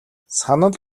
санал